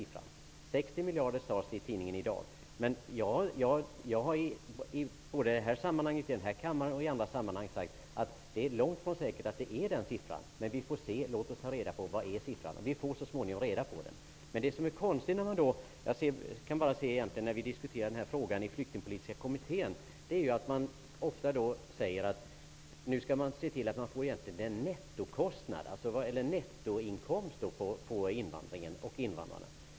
Siffran 60 miljarder nämndes i tidningen Idag. Jag har både i den här kammaren och i andra sammanhang sagt att det är långt från säkert att det är den siffran som gäller. Vi får se -- låt oss ta reda på den sanna siffran. Vi får så småningom reda på den. När den här frågan diskuteras i den flyktingpolitiska kommittén sägs det ofta att man vill ta fram nettoinkomsten för invandringen och invandrarna.